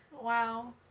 Wow